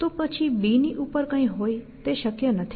તો પછી B ની ઉપર કાંઈ હોય તે શક્ય નથી